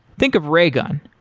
think of raygun.